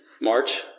March